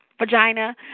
vagina